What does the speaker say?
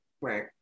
Right